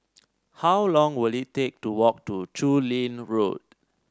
how long will it take to walk to Chu Lin Road